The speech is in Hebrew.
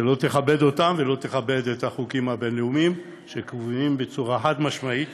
שלא תכבד אותם ולא תכבד את החוקים הבין-לאומיים שקובעים בצורה חד-משמעית